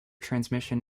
transmission